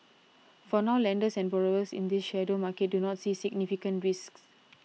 for now lenders and borrowers in this shadow market do not see significant risks